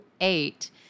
eight